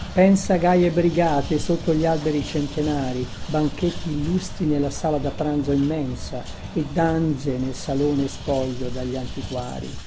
pensa gaie brigate sotto gli alberi centenari banchetti illustri nella sala da pranzo immensa e danze nel salone spoglio da gli antiquari